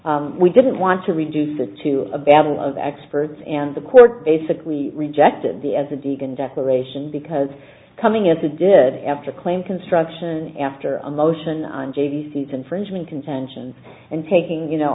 features we didn't want to reduce it to a battle of experts and the court basically rejected the as a deacon declaration because coming as it did after a claim construction after a motion on j v c's infringement contention and taking you know